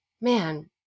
man